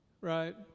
right